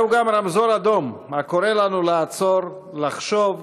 זהו גם רמזור אדום הקורא לנו לעצור, לחשוב,